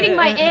my